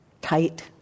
tight